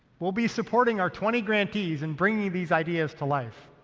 we'll be supporting our twenty grantees and bringing these ideas to life.